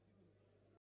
Дякую.